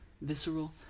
Visceral